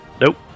Nope